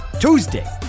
Tuesday